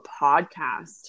podcast